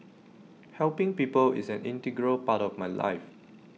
helping people is an integral part of my life